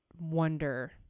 wonder